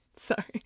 sorry